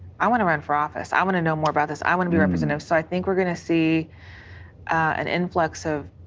i want to run for office, i want to know more about this, i want to be representative. so, i think we are going to see an influx of,